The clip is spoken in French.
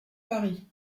paris